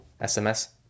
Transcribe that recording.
SMS